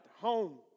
home